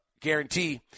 guarantee